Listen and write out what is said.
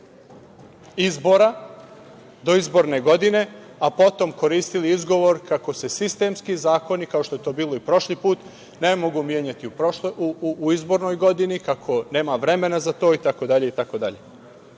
doveli do izborne godine, a potom koristili izgovor kako se sistemski zakoni, kao što je to bilo i prošli put, ne mogu menjati u izbornoj godini, kako nema vremena za to,